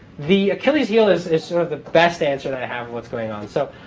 the achilles's heel is it's sort of the best answer that i have of what's going on. so